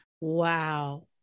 Wow